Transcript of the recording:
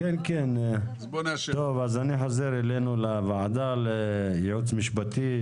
אני חוזר אלינו, לוועדה, לייעוץ המשפטי.